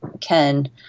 Ken